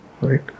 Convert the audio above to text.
Right